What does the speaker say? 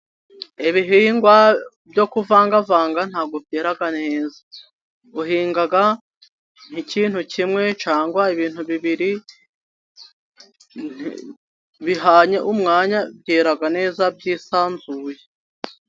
Ibihingwa byo kuvangavanga ntabwo byera neza, uhinga nk’ikintu kimwe cyangwa ibintu bibiri bihanye umwanya byera neza, byisanzuye.